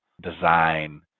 design